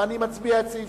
שסעיף